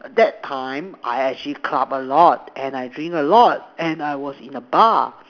that time I actually club a lot and I drink a lot and I was in a bar